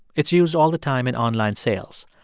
it's used all the time in online sales.